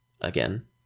again